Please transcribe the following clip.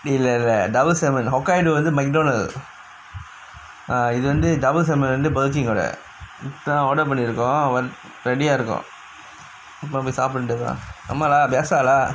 இல்ல இல்ல:illa illa double seven hokkaido வந்து:vanthu Mcdonald's ah இது வந்து:ithu vanthu double salmon வந்து:vanthu Burger King ஓட தா:oda thaa order பண்ணிருக்கோ:pannirukko ready ah இருக்கோ வா இப்போ போய் சாப்புட வேண்டியதுதா ஆமா:irukko vaa ippo poi saapuda vendiyathuthaa aamaa lah biasa lah